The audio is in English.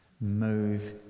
move